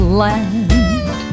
land